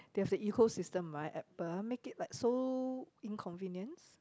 there is a ecosystem right make it like so inconvenience